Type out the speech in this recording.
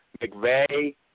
McVeigh